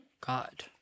God